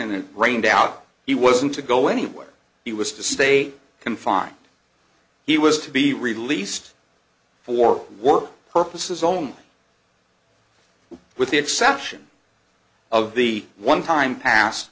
and it rained out he wasn't to go anywhere he was to stay confined he was to be released for work purposes only with the exception of the one time pass